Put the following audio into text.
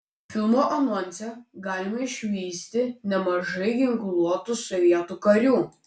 filmo anonse galima išvysti nemažai ginkluotų sovietų karių